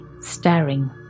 staring